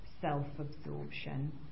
self-absorption